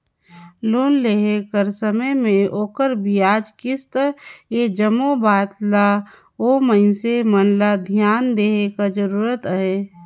loan लेय कर समे में ओखर बियाज, किस्त ए जम्मो बात ल ओ मइनसे मन ल धियान देहे कर जरूरत अहे